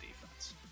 defense